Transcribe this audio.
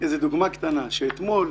דוגמה קטנה: אתמול